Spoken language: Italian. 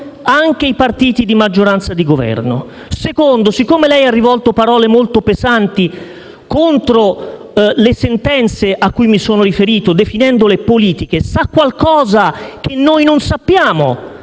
anche i partiti di maggioranza di Governo? Secondo: siccome lei ha rivolto parole molto pesanti contro le sentenze a cui mi sono riferito, definendole «politiche», sa qualcosa che noi non sappiamo